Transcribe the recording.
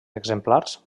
exemplars